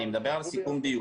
אני מדבר על סיכום דיון